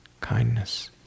kindness